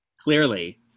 Clearly